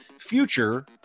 future